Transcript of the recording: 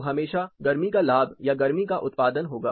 तो हमेशा गर्मी का लाभ या गर्मी का उत्पादन होगा